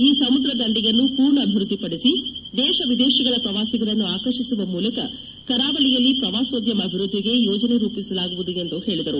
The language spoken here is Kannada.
ಈ ಸಮುದ್ರ ದಂಡೆಯನ್ನು ಪೂರ್ಣ ಅಭಿವೃದ್ದಿಪಡಿಸಿ ದೇಶ ವಿದೇಶಗಳ ಪ್ರವಾಸಿಗರನ್ನು ಆಕರ್ಷಿಸುವ ಮೂಲಕ ಕರಾವಳಿಯಲ್ಲಿ ಪ್ರವಾಸೋದ್ಯಮ ಅಭಿವೃದ್ದಿಗೆ ಯೋಜನೆ ರೂಪಿಸಲಾಗುವುದು ಎಂದು ಹೇಳಿದರು